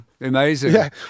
amazing